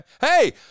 hey